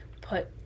put